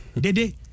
Dede